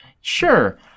sure